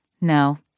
No